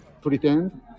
pretend